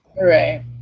right